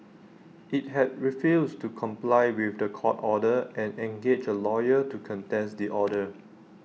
IT had refused to comply with The Court order and engaged A lawyer to contest the order